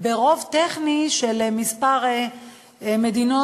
יש רוב טכני של כמה מדינות,